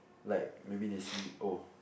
like maybe they see oh